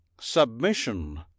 Submission